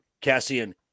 Cassian